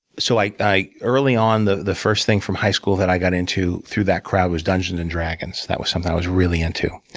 so i i early on, the the first thing from high school that i got into through that crowd was dungeons and dragons. that was was really into.